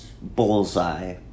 bullseye